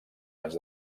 anys